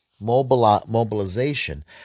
mobilization